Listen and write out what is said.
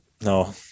No